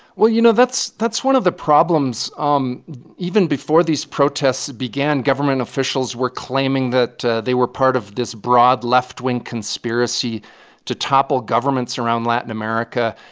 well, you know, that's that's one of the problems. um even before these protests began, government officials were claiming that they were part of this broad left-wing conspiracy to topple governments around latin america.